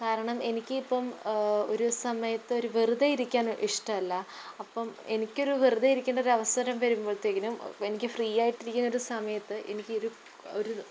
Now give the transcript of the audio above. കാരണം എനിക്കിപ്പം ഒരു സമയത്തൊരു വെറുതെ ഇരിക്കാനിഷ്ടമല്ല അപ്പം എനിക്കൊരു വെറുതെ ഇരിക്കേണ്ടൊരു അവസരം വരുമ്പോഴത്തേക്കിനും എനിക്ക് ഫ്രീ ആയിട്ടിരിക്കുന്നൊരു സമയത്ത് എനിക്കൊരു